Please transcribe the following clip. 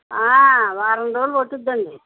వారం రోజులు పడుతుందండి